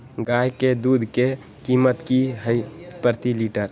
गाय के दूध के कीमत की हई प्रति लिटर?